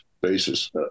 basis